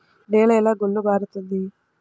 నేల ఎలా గుల్లబారుతుంది?